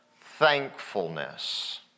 thankfulness